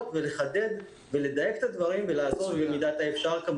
ולחדד ולדייק את הדברים ולעזור במידת האפשר.